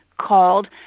called